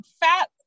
fat